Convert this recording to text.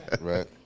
Right